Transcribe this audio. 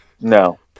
No